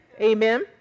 Amen